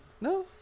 No